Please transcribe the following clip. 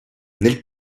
nel